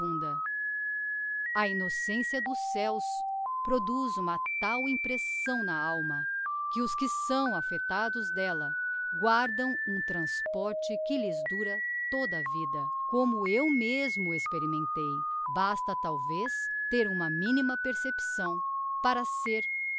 profunda a innocencia dos céos produz uma tal impressão na alma que os que são affectados d'ella guardam um transporte que lhes dura toda a vida como eu mesmo experimentei basta talvez ter uma minima percepção para ser